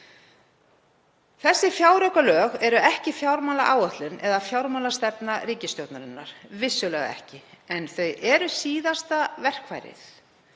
Þessi fjáraukalög eru ekki fjármálaáætlun eða fjármálastefna ríkisstjórnarinnar, vissulega ekki, en þau eru síðasta verkfærið,